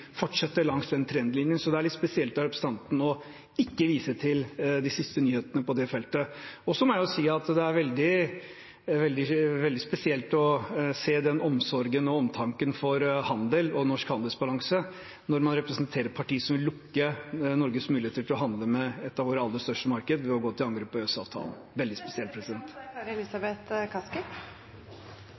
fortsette langs den trendlinjen. Det er litt spesielt av representanten ikke å vise til de siste nyhetene på det feltet. Jeg må også si at det er veldig spesielt å se den omsorgen og omtanken for handel og norsk handelsbalanse når man representerer et parti som vil lukke Norges muligheter til å handle med et av våre aller største marked ved å gå til angrep på EØS-avtalen. Det er veldig spesielt.